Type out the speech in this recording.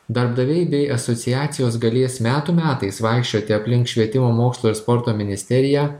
darbdaviai bei asociacijos galės metų metais vaikščioti aplink švietimo mokslo ir sporto ministeriją